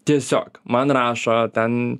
tiesiog man rašo ten